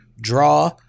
draw